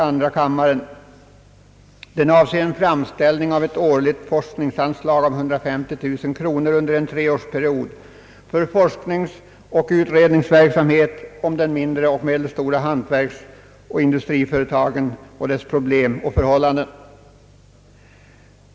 Motionerna avser en framställning om ett årligt forskningsanslag på 150 000 kronor under en treårsperiod för forskningsoch utredningsverksamhet om de mindre och medelstora hantverksoch industriföretagens problem och förhållanden.